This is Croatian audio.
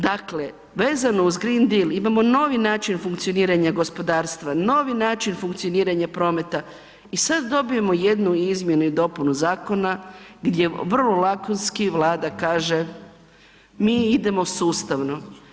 Dakle, vezano uz Green Deal imamo novi način funkcioniranja gospodarstva, novi način funkcioniranja prometa i sad dobijemo jednu izmjenu i dopunu zakona gdje vrlo lakonski Vlada kaže mi idemo sustavno.